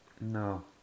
no